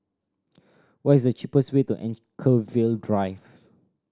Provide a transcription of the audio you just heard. what is the cheapest way to Anchorvale Drive